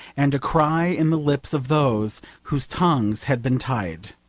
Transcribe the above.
and a cry in the lips of those whose tongues had been tied.